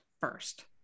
first